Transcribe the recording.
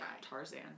Tarzan